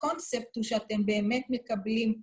קונספט הוא שאתם באמת מקבלים